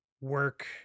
work